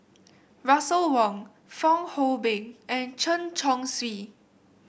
Russel Wong Fong Hoe Beng and Chen Chong Swee